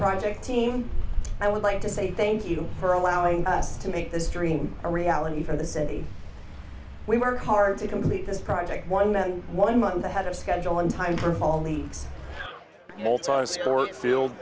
project team i would like to say thank you for allowing us to make this dream a reality for the city we worked hard to complete this project one that one month ahead of schedule on time for